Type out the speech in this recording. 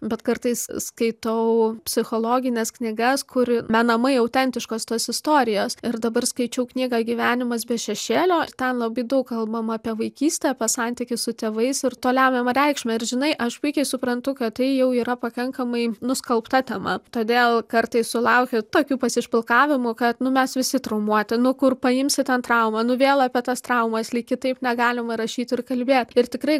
bet kartais skaitau psichologines knygas kur menamai autentiškos tos istorijos ir dabar skaičiau knygą gyvenimas be šešėlio ir ten labai daug kalbama apie vaikystę apie santykį su tėvais ir to lemiamą reikšmę ir žinai aš puikiai suprantu kad tai jau yra pakankamai nuskalbta tema todėl kartais sulaukiu tokių pasišpilkavimų kad nu mes visi traumuoti nu kur paimsi ten trauma nu vėl apie tas traumas lyg kitaip negalima rašyt ir kalbėt ir tikrai